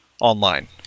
online